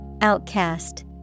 Outcast